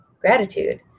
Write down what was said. gratitude